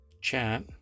chat